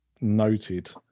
noted